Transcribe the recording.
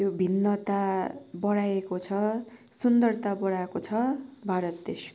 त्यो भिन्नता बढाएको छ सुन्दरता बढाएको छ भारत देशको